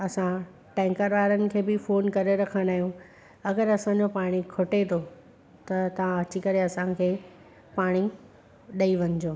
असां टैंकर वारनि खे बि फ़ोन करे रखंदा आहियूं अगरि असांजो पाणी खुटे थो त तव्हां अची करे असांखे पाणी ॾेई वञिजो